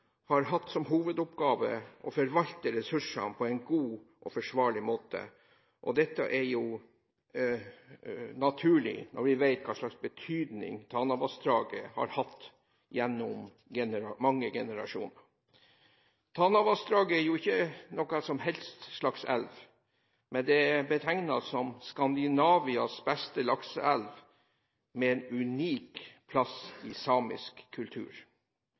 har hatt som hovedoppgave å forvalte ressursene på en god og forsvarlig måte, og det er jo naturlig når vi vet hva slags betydning Tanavassdraget har hatt gjennom mange generasjoner. Tanavassdraget er jo ikke en hvilken som helst slags elv, men den er betegnet som Skandinavias beste lakseelv med en unik plass i samisk kultur.